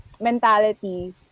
mentality